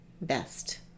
best